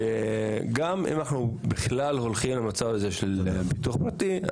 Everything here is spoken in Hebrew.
גם אם אנחנו בכלל הולכים למצב הזה של ביטוח פרטי,